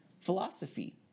philosophy